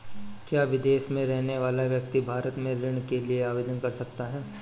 क्या विदेश में रहने वाला व्यक्ति भारत में ऋण के लिए आवेदन कर सकता है?